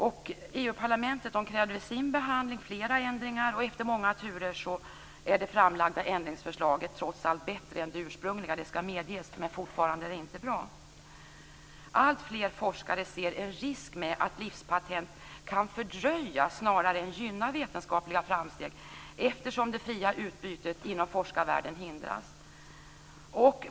EU-parlamentet krävde vid sin behandling flera ändringar. Efter många turer är det framlagda ändringsförslaget trots allt bättre än det ursprungliga - det skall medges - men det är fortfarande inte bra. Alltfler forskare ser en risk med att livspatent kan fördröja snarare än gynna vetenskapliga framsteg, eftersom det fria utbytet inom forskarvärlden hindras.